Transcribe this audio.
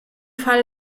fall